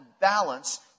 balance